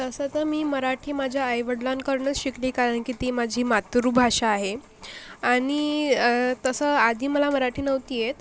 तसं तर मी मराठी माझ्या आईवडीलांकडनं शिकली कारण की ती माझी मातृभाषा आहे आणि अ तसं आधी मला मराठी नव्हती येत